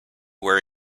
where